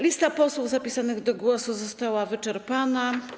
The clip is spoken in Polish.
Lista posłów zapisanych do głosu została wyczerpana.